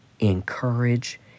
encourage